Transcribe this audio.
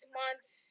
months